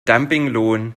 dumpinglohn